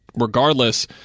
regardless